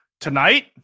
Tonight